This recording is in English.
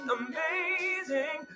amazing